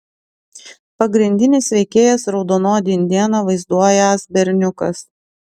pagrindinis veikėjas raudonodį indėną vaizduojąs berniukas